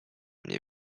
mnie